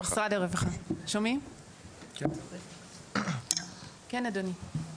כן, אדוני.